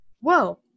Whoa